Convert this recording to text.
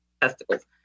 testicles